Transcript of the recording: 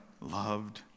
loved